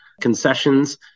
concessions